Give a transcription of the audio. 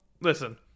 listen